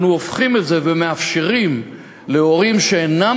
אנחנו הופכים את זה ומאפשרים להורים שאינם